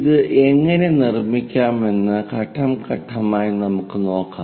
ഇത് എങ്ങനെ നിർമ്മിക്കാമെന്ന് ഘട്ടം ഘട്ടമായി നമുക്ക് നോക്കാം